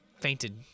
fainted